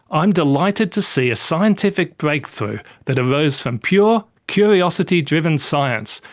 i'm delighted to see a scientific breakthrough that arose from pure curiosity-driven science,